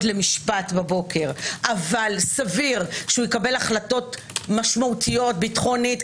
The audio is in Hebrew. למשפט בבוקר אבל סביר שיקבל החלטת משמעותיות ביטחונית,